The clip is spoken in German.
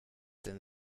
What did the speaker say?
denn